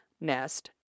nest